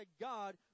God